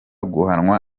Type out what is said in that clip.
guhanwa